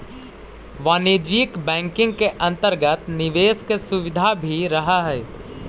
वाणिज्यिक बैंकिंग के अंतर्गत निवेश के सुविधा भी रहऽ हइ